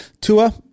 Tua